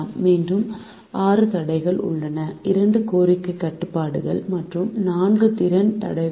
மீண்டும் 6 தடைகள் உள்ளன 2 கோரிக்கைக் கட்டுப்பாடுகள் மற்றும் 4 திறன் தடைகளுக்கு